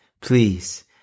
please